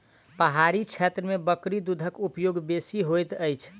पहाड़ी क्षेत्र में बकरी दूधक उपयोग बेसी होइत अछि